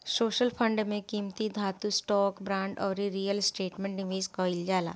social fund में कीमती धातु, स्टॉक, बांड अउरी रियल स्टेट में निवेश कईल जाला